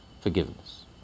forgiveness